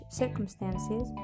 circumstances